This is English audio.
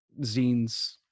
zines